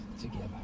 together